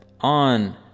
on